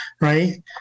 right